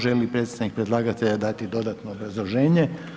Želi li predstavnik predlagatelja dati dodatno obrazloženje?